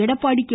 Edappadi K